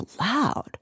loud